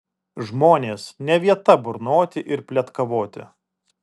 žmonės ne vieta burnoti ir pletkavoti